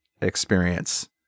experience